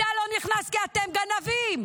אתה לא נכנס, כי אתם גנבים.